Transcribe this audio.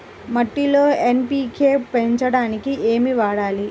మట్టిలో ఎన్.పీ.కే పెంచడానికి ఏమి వాడాలి?